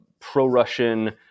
pro-Russian